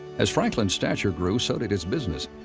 as franklin's stature grew, so did his business.